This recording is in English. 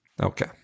Okay